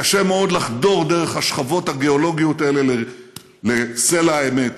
קשה מאוד לחדור דרך השכבות הגיאולוגיות האלה לסלע האמת,